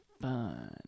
fun